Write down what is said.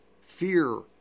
fear